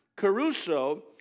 Caruso